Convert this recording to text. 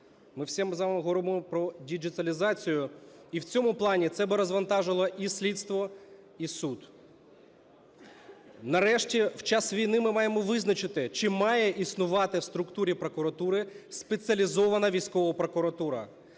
Ми всі з вами говоримо про діджиталізацію. І в цьому плані це би розвантажило і слідство і суд. Нарешті, в час війни ми маємо визначити, чи має існувати в структурі прокуратури Спеціалізована військова прокуратура.